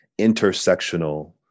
intersectional